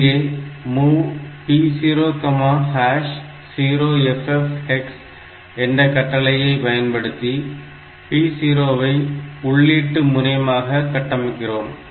இங்கே MOV P00FF hex என்ற கட்டளையை பயன்படுத்தி P0 ஐ உள்ளீட்டு முனையமாக கட்டமைக்கிறோம்